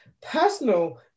personal